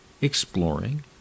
exploring